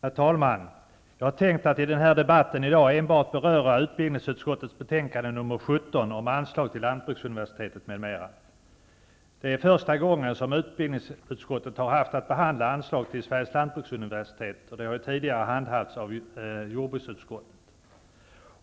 Herr talman! Jag hade tänkt att i den här debatten i dag enbart beröra utbildningsutskottets betänkande nr 17 om anslag till lantbruksuniversitet, m.m. Det är första gången som utbildningsutskottet har haft att behandla anslag till Sveriges lantbruksuniversitet. De har tidigare behandlats i jordbruksutskottet.